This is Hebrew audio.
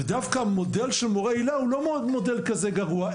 ודווקא המודל של מורי היל"ה הוא לא מודל כזה גרוע.